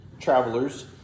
travelers